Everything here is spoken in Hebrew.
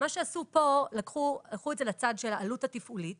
מה שעשו כאן, לקחו את זה לצד של העלות התפעולית